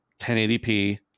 1080p